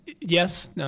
yes